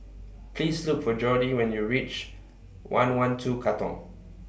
Please Look For Jordi when YOU REACH one one two Katong